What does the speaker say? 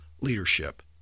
leadership